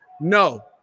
No